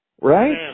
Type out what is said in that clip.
Right